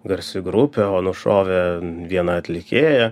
garsi grupė o nušovė vieną atlikėją